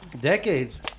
decades